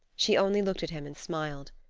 she only looked at him and smiled.